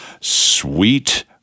Sweet